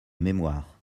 mémoire